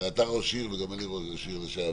הרי אתה ראש עיר וגם אני ראש עיר לשעבר.